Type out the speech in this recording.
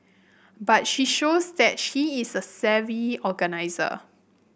but she shows that she is a savvy organiser